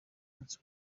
munsi